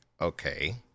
okay